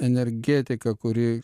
energetiką kuri